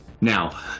now